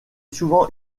souvent